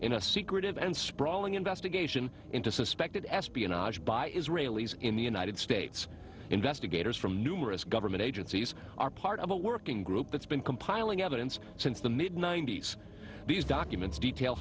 a secretive and sprawling investigation into suspected espionage by israelis in the united states investigators from numerous government agencies are part of a working group that's been compiling evidence since the mid ninety's these documents detail